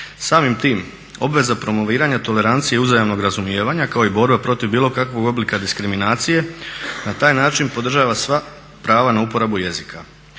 Samim tim obveza promoviranja tolerancije i uzajamnog razumijevanja kao i borba protiv bilo kakvog oblika diskriminacije na taj način podržava sva prava na uporabu jezika.